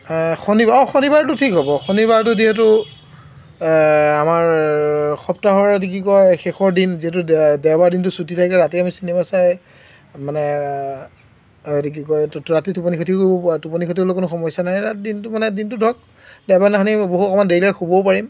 শনিবাৰ অ' শনিবাৰটো ঠিক হ'ব শনিবাৰটো যিহেতু আমাৰ সপ্তাহৰ এইটো কি কয় শেষৰ দিন যিহেতু দেওবাৰ দিনটো ছুটী থাকে ৰাতি আমি চিনেমা চাই মানে এইটো কি কয় ৰাতি টোপনি ক্ষতিও কৰিব পাৰোঁ টোপনি ক্ষতি হ'লেও কোনো সমস্যা নাই ৰাতি দিনটো মানে দিনটো ধৰক দেওবাৰদিনাখনি বহু অকণমান দেৰিলৈকে শুবও পাৰিম